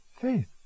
Faith